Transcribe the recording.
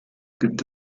gibt